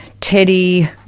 Teddy